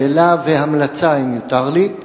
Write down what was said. שאלה והמלצה, אם יותר לי.